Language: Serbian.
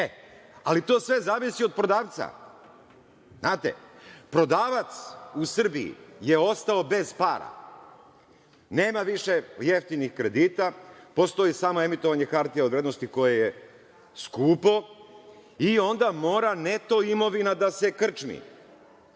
To sve zavisi od prodavca. Znate, prodavac u Srbiji je ostao bez para. Nema više jeftinih kredita, postoji samo emitovanje hartija od vrednosti koje je skupo i onda mora neto imovina da se krčmi.